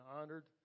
honored